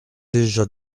déjà